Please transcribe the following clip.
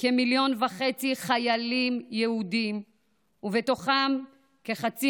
כמיליון וחצי חיילים יהודים ובתוכם כחצי